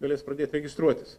galės pradėt registruotis